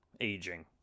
aging